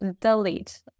delete